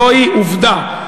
זו עובדה.